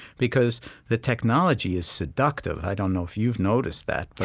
because the technology is seductive. i don't know if you've noticed that,